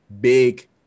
big